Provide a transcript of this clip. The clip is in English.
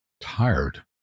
tired